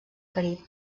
carib